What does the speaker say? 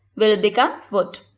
will becomes would.